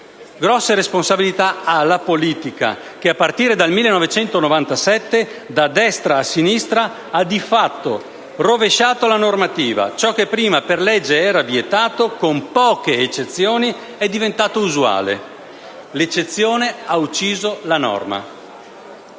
Grosse responsabilità ha la politica, che a partire dal 1997, da destra a sinistra, ha di fatto rovesciato la normativa: ciò che prima per legge era vietato, con poche eccezioni, è diventato usuale. L'eccezione ha ucciso la norma.